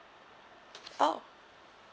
oh